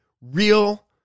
real